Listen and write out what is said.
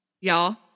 Y'all